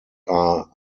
are